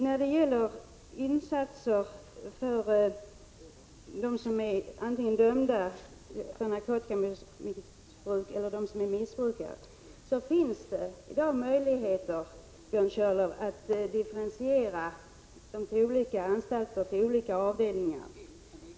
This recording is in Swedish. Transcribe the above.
När det gäller insatser för dem som är dömda för narkotikamissbruk eller insatser för missbrukare finns det i dag, Björn Körlof, möjligheter att differentiera dessa personer på olika anstalter och på olika avdelningar.